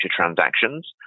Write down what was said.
transactions